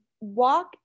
walk